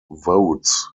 votes